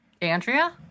Andrea